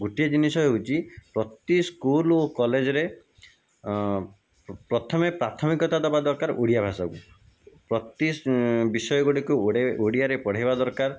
ଗୋଟିଏ ଜିନିଷ ହେଉଛି ପ୍ରତି ସ୍କୁଲ ଓ କଲେଜରେ ପ୍ରଥମେ ପ୍ରାଥମିକତା ଦେବା ଦରକାର ଓଡ଼ିଆଭାଷାକୁ ପ୍ରତି ବିଷୟଗୁଡ଼ିକୁ ଓଡ଼ିଆରେ ପଢ଼ାଇବା ଦରକାର